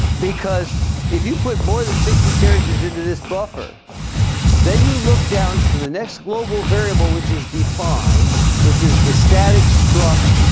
because if you put more than sixty characters into this buffer then you look down to the next global variable which is defined which is the static struct?